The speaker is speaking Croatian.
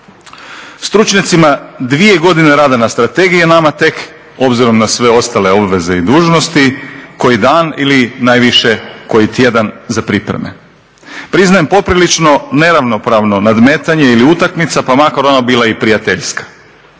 Stručnjacima dvije godine rada na strategiji, a nama tek obzirom na sve ostale obveze i dužnosti koji dan ili najviše koji tjedan za pripreme. Priznajem, poprilično neravnopravno nadmetanje ili utakmica, pa makar ona bila i prijateljska.